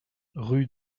rue